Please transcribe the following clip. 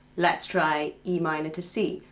let's try e minor to c.